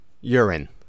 Urine